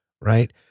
right